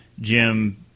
Jim